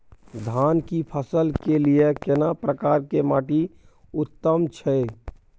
धान की फसल के लिये केना प्रकार के माटी उत्तम छै?